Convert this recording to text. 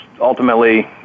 ultimately